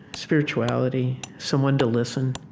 spirituality, someone to listen,